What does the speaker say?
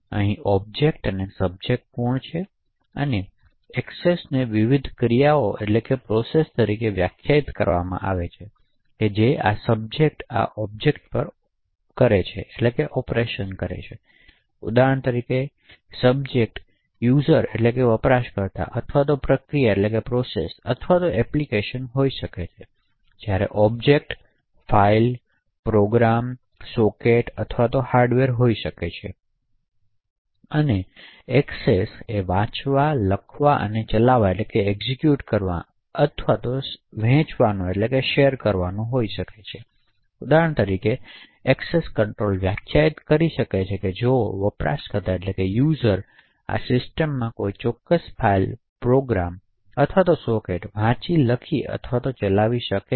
અહીં ઑબ્જેક્ટ્સ અને સબ્જેક્ટ કોણ છે અને એક્સેસને વિવિધ ક્રિયાઓ તરીકે વ્યાખ્યાયિત કરવામાં આવી છે જે આ સબ્જેક્ટ આ ઑબ્જેક્ટ્સ પર ઓપરેશન કરી શકે છે ઉદાહરણ તરીકે સબ્જેક્ટ વપરાશકર્તા અથવા પ્રક્રિયા અથવા એપ્લિકેશન હોઈ શકે છે જ્યારે ઑબ્જેક્ટ્સ ફાઇલો પ્રોગ્રામ્સ સોકેટ્સ અથવા હાર્ડવેર હોઈ શકે છે અને એક્સેસ વાંચવા લખવા ચલાવવા અથવા વહેંચવાનો હોય શકે તેથી ઉદાહરણ તરીકે એક્સેસ કંટ્રોલ વ્યાખ્યાયિત કરી શકે છે જો વપરાશકર્તા આ સિસ્ટમમાં કોઈ ચોક્કસ ફાઇલ પ્રોગ્રામ અથવા સોકેટ વાંચી લખી અથવા ચલાવી શકે છે